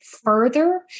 further